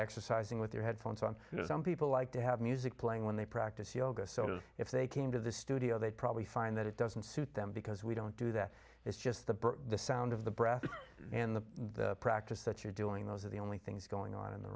exercising with their headphones on some people like to have music playing when they practice yoga so if they came to the studio they'd probably find that it doesn't suit them because we don't do that it's just the bird the sound of the breath and the practice that you're doing those are the only things going on in the